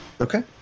Okay